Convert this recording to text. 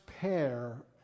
pair